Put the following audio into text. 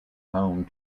home